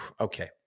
okay